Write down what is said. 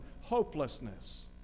hopelessness